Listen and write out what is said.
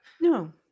No